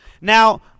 Now